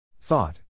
Thought